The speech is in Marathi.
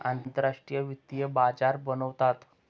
आंतरराष्ट्रीय वित्तीय बाजार बनवतात